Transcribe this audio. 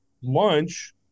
lunch